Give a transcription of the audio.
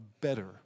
better